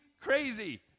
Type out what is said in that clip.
crazy